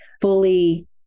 fully